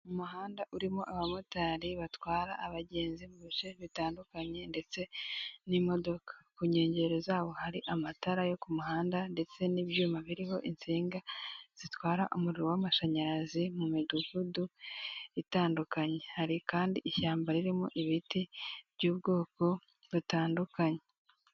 Umuhanda urimo abamotari batwara abagenzi mu bice bitandukanye ndetse n'imodoka, ku nkengero zawo hari amatara yo ku muhanda ndetse n'ibyuma biriho insinga zitwara umuriro w'amashanyarazi mu midugudu itandukanye, hari kandi ishyamba ririmo ibiti by'ubwoko butandukanye.